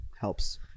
Helps